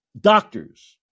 doctors